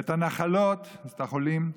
את הנחלות" את החולים,